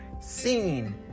seen